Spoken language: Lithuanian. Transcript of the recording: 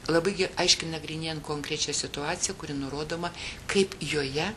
labai aiškiai nagrinėjant konkrečią situaciją kuri nurodoma kaip joje